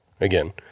again